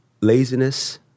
laziness